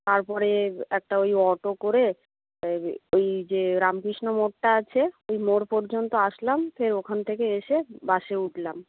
তারপরে একটা ওই অটো করে ওই যে রামকৃষ্ণ মোড়টা আছে ওই মোড় পর্যন্ত আসলাম ফের ওখান থেকে এসে বাসে উঠলাম